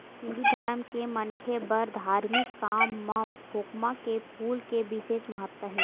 हिंदू धरम के मनखे बर धारमिक काम म खोखमा के फूल के बिसेस महत्ता हे